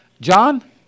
John